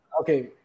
Okay